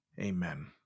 amen